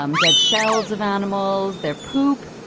um dead shells of animals, their poop.